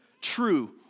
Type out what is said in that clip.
true